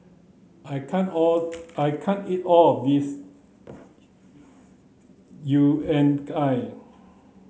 I can't all I can't eat all of this Unagi